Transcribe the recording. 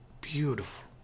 Beautiful